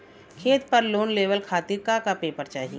खेत पर लोन लेवल खातिर का का पेपर चाही?